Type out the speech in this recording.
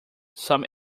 some